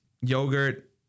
Yogurt